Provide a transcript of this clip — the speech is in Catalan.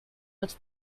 els